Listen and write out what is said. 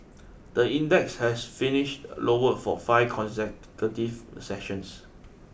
the index has finished lower for five consecutive sessions